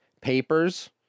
papers